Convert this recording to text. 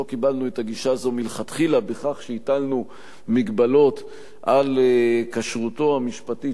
לא קיבלנו את הגישה הזאת מלכתחילה בכך שהטלנו מגבלות על כשרותו המשפטית